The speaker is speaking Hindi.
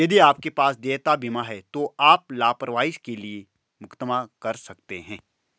यदि आपके पास देयता बीमा है तो आप लापरवाही के लिए मुकदमा कर सकते हैं